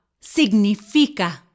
significa